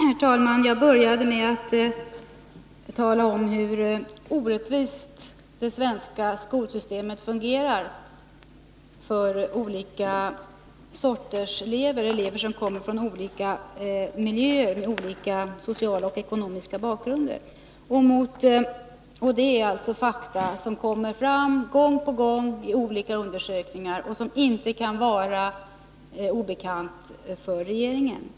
Herr talman! Jag började med att tala om hur orättvist det svenska skolsystemet fungerar för elever från olika miljöer och med olika sociala och ekonomiska bakgrunder. Det är fakta som gång på gång kommer fram i olika undersökningar och som inte kan vara obekanta för regeringen.